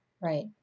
Right